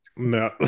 No